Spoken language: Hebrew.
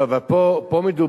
לא, אבל פה מדובר,